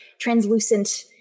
translucent